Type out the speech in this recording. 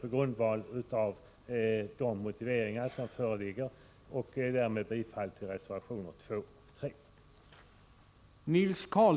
På grundval av de motiveringar som föreligger i reservationerna yrkar jag med detta bifall till reservationerna 2 och 3.